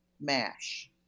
mash